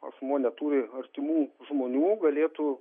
asmuo neturi artimų žmonių galėtų